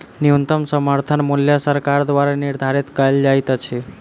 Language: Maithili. न्यूनतम समर्थन मूल्य सरकार द्वारा निधारित कयल जाइत अछि